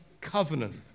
covenant